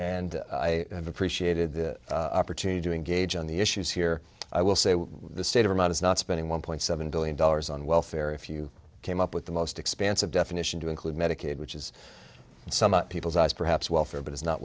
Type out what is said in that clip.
have appreciated the opportunity to engage on the issues here i will say what the state of mind is not spending one point seven billion dollars on welfare if you came up with the most expansive definition to include medicaid which is in some people's eyes perhaps welfare but it's not